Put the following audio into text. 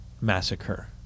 massacre